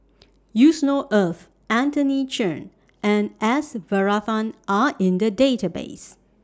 Yusnor Ef Anthony Chen and S Varathan Are in The Database